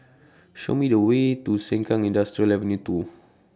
Show Me The Way to Sengkang Industrial Ave two